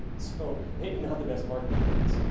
so, maybe not the best marketing phrase.